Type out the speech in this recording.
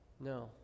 No